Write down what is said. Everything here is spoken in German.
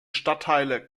stadtteile